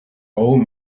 old